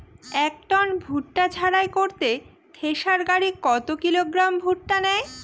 এক টন ভুট্টা ঝাড়াই করতে থেসার গাড়ী কত কিলোগ্রাম ভুট্টা নেয়?